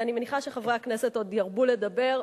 אני מניחה שחברי הכנסת עוד ירבו לדבר,